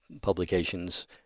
publications